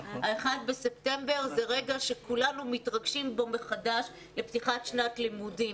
ה-1 בספטמבר זה רגע שכולנו מתרגשים בו מחדש בפתיחת שנת לימודים